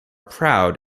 proud